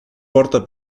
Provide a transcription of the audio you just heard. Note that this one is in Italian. porta